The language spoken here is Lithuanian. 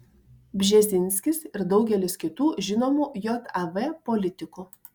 bžezinskis ir daugelis kitų žinomų jav politikų